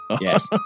Yes